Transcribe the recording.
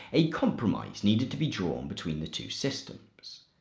a compromise needed to be drawn between the two systems.